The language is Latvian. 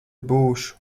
būšu